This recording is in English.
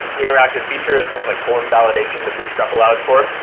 interactive features, things like form validation that bootstrap allows for.